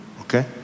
Okay